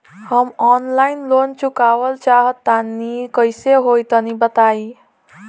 हम online loan चुकावल चाहऽ तनि कइसे होई तनि बताई?